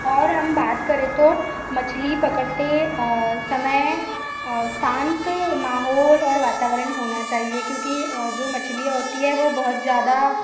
और हम बात करें तो मछली पकड़ते समय शांत माहौल और वातावरण होना चाहिए क्योंकि जो मछलियाँ होती है वो बहुत ज़्यादा